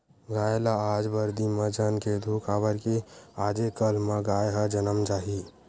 गाय ल आज बरदी म झन खेदहूँ काबर कि आजे कल म गाय ह जनम जाही